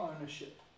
ownership